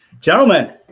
gentlemen